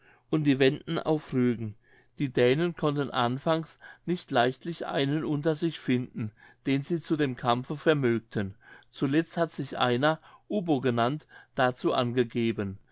und die wenden auf rügen die dänen konnten anfangs nicht leichtlich einen unter sich finden den sie zu dem kampfe vermögten zuletzt hat sich einer ubbo genannt dazu angegeben